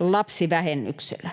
lapsivähennyksellä.